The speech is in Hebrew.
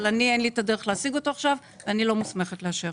אבל אני אין לי את הדרך להשיג אותו עכשיו ואני לא מוסמכת לאשר.